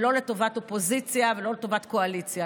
לא לטובת אופוזיציה ולא לטובת קואליציה,